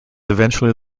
eventually